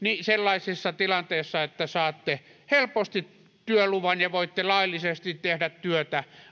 sellaisessa tilanteessa että saatte helposti työluvan ja voitte laillisesti tehdä työtä